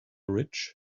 rich